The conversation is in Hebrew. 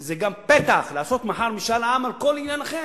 זה גם פתח לעשות מחר משאל עם על כל עניין אחר,